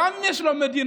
גם אם יש לו מדינה,